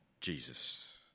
Jesus